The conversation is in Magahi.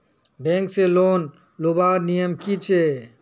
बैंक से लोन लुबार नियम की छे?